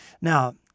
Now